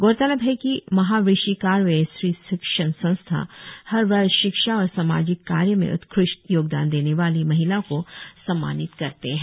गौरतलब है कि महाऋषि कारवे स्त्री शिक्षण संस्था हर वर्ष शिक्षा और सामाजिक कार्य में उत्कृष्ठ योगदान देने वाली महिलाओं को सम्मानित करते है